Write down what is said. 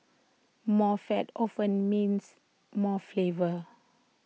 more fat often means more flavour